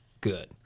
Good